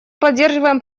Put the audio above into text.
поддерживаем